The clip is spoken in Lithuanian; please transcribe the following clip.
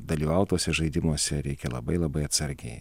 dalyvaut tuose žaidimuose reikia labai labai atsargiai